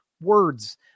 words